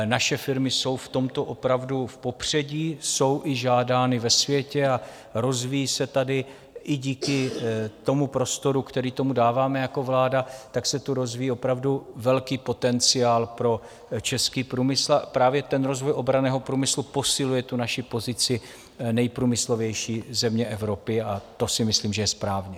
Naše firmy jsou v tomto opravdu v popředí, jsou i žádány ve světě a rozvíjí se tady i díky tomu prostoru, který tomu dáváme jako vláda, opravdu velký potenciál pro český průmysl a právě rozvoj obranného průmyslu posiluje naši pozici nejprůmyslovější země Evropy, a to si myslím, že je správně.